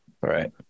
Right